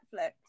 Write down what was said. netflix